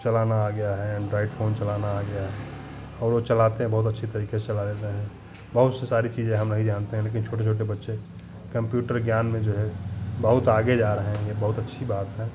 चलाना आ गया है ऐन्ड्रॉइड फोन चलाना आ गया है और वो चलाते हैं बहुत अच्छे तरीके से चलाते हैं बहुत से सारी चीज़ें हम नहीं जानते हैं लेकिन छोटे छोटे बच्चे कम्प्यूटर ज्ञान में जो है बहुत आगे जा रहे हैं ये बहुत अच्छी बात है